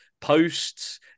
posts